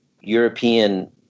European